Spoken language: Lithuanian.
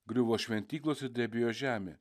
griuvo šventyklos ir drebėjo žemė